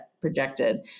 projected